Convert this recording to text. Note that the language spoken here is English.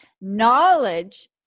knowledge